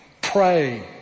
Pray